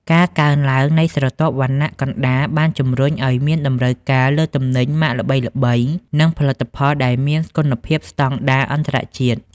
ការកើនឡើងនៃស្រទាប់វណ្ណៈកណ្ដាលបានជម្រុញឱ្យមានតម្រូវការលើទំនិញម៉ាកល្បីៗ និងផលិតផលដែលមានគុណភាពស្ដង់ដារអន្តរជាតិ។